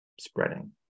spreading